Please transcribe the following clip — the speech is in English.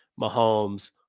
Mahomes